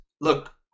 look